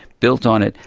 built on it,